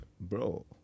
Bro